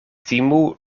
timu